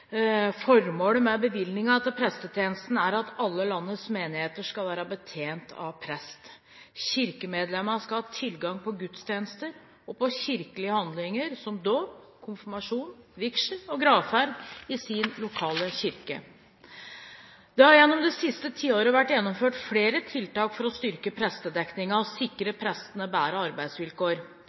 Formålet med bevilgningene til prestetjenesten er at alle landets menigheter skal være betjent av prest. Kirkemedlemmer skal ha tilgang på gudstjenester og kirkelige handlinger som dåp, konfirmasjon, vigsel og gravferd, i sin lokale kirke. Det har gjennom det siste tiåret vært gjennomført flere tiltak for å styrke prestedekningen og sikre prestene bedre arbeidsvilkår.